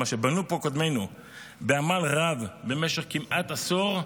מה שבנו פה קודמינו בעמל רב במשך כמעט עשור,